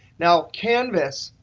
now canvas,